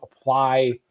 apply